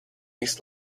east